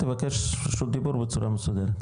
תבקש רשות דיבור בצורה מסודרת.